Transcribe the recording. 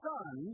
Son